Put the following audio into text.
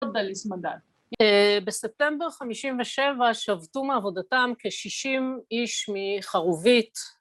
בספטמבר חמישים ושבע שבתו מעבודתם כשישים איש מחרובית